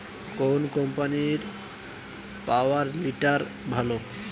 কোন কম্পানির power tiller ভালো?